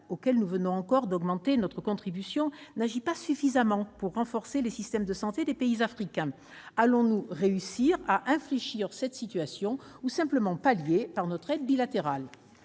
auquel nous venons encore d'augmenter notre contribution, n'agit pas suffisamment pour renforcer les systèmes de santé des pays africains. Allons-nous réussir à infléchir cette tendance ou ne ferons-nous que la pallier par notre aide bilatérale ?